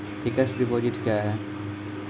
Fixed deposit क्या हैं?